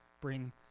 bring